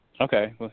Okay